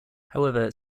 however